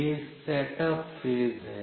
यह setup phase है